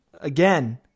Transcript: again